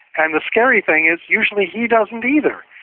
and the scary thing is usually he doesn't either.